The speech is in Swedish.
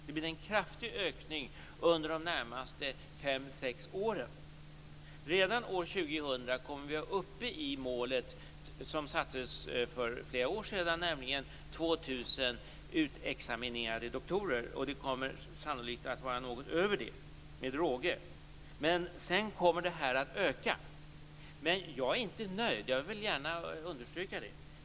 Det blir en kraftig ökning under de närmaste fem-sex åren. Redan år 2000 kommer vi att vara uppe i målet som sattes för flera år sedan, nämligen 2 000 utexaminerade doktorer. Antalet kommer sannolikt att överstiga det med råge. Sedan kommer detta att öka. Men jag är inte nöjd. Jag vill gärna understryka det.